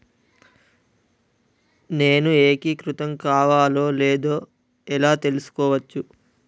నేను ఏకీకృతం కావాలో లేదో ఎలా తెలుసుకోవచ్చు?